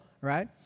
right